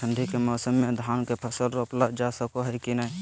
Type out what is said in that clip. ठंडी के मौसम में धान के फसल रोपल जा सको है कि नय?